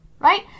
Right